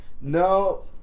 No